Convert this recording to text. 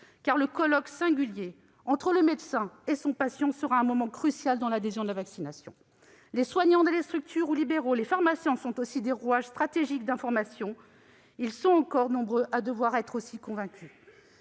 car le colloque singulier entre le médecin et son patient sera un moment crucial dans l'adhésion à la vaccination. Les soignants dans les structures de santé et les pharmaciens sont eux aussi des rouages stratégiques d'information ; ils sont encore nombreux à devoir être convaincus.